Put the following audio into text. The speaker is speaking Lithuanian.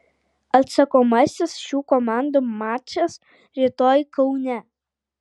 atsakomasis šių komandų mačas rytoj kaune